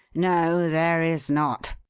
no, there is not.